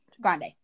Grande